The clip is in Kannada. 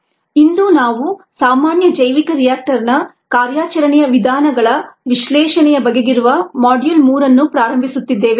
ಇಂದು ನಾವು ಸಾಮಾನ್ಯ ಜೈವಿಕ ರಿಯಾಕ್ಟರ್ನ ಕಾರ್ಯಾಚರಣೆಯ ವಿಧಾನ ಗಳ ವಿಶ್ಲೇಷಣೆ ಯ ಬಗೆಗಿರುವ ಮಾಡ್ಯೂಲ್ 3 ಅನ್ನು ಪ್ರಾರಂಭಿಸುತ್ತಿದ್ದೇವೆ